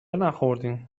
نخوردیم